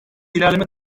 ilerleme